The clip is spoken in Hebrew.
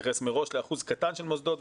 מתייחס מראש לאחוז קטן של מוסדות,